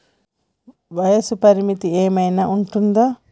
వయస్సు పరిమితి ఏమైనా ఉంటుందా?